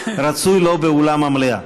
רצוי לא באולם המליאה.